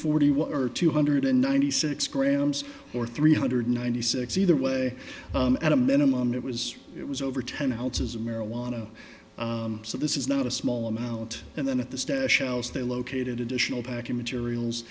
forty one or two hundred ninety six grams or three hundred ninety six either way at a minimum it was it was over ten ounces of marijuana so this is not a small amount and then at the stash house they located additional packing materials